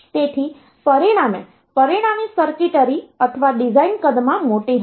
તેથી પરિણામે પરિણામી સર્કિટરી અથવા ડિઝાઇન કદમાં મોટી હશે